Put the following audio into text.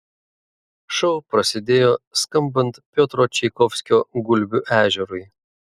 šou prasidėjo skambant piotro čaikovskio gulbių ežerui